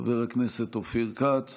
חבר הכנסת אופיר כץ